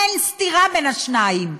אין סתירה בין השניים.